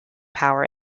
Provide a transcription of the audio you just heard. power